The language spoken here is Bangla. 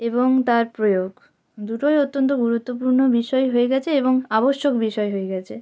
এবং তার প্রয়োগ দুটোই অত্যন্ত গুরুত্বপূর্ণ বিষয় হয়ে গেছে এবং আবশ্যক বিষয় হয়ে গেছে